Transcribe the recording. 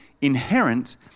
inherent